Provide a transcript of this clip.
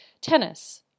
tennis